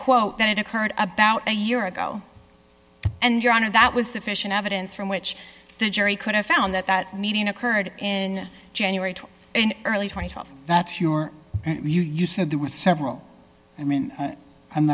quote that it occurred about a year ago and your honor that was sufficient evidence from which the jury could have found that that meeting occurred in january to early twenty's that's your you said there were several i mean i'm